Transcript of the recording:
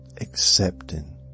accepting